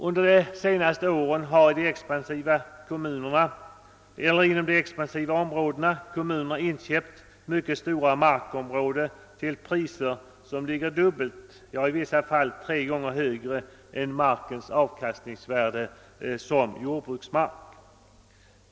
Under de senaste åren har i de expansiva områdena kommunerna inköpt mycket stora markområden till priser som ligger två, ja i vissa fall tre gånger högre än markens avkastningsvärde som jordbruksmark.